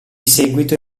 seguito